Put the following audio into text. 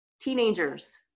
teenagers